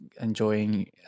enjoying